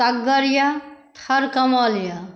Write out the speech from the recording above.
तग्गर यऽ थलकमल यऽ